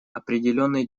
определенные